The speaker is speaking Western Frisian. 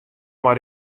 mei